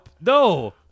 No